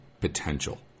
potential